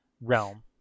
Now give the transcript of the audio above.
realm